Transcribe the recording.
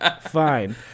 Fine